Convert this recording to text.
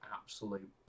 absolute